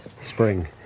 Spring